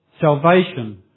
Salvation